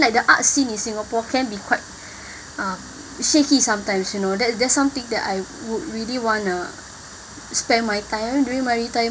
like the arts scene in singapore can be quite um shaky sometimes you know that's that's something that I would really wanna spend my time doing my retirement